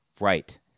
Right